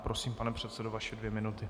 Prosím, pane předsedo, vaše dvě minuty.